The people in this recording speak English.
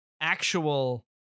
actual